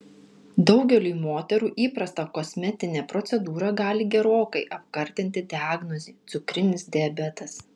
daugeliui moterų įprastą kosmetinę procedūrą gali gerokai apkartinti diagnozė cukrinis diabetas